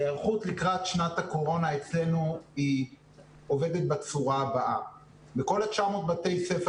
היערכות לקראת שנת הקורונה אצלנו עובדת בצורה הבאה: בכל 900 בתי הספר